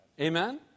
Amen